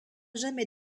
jamais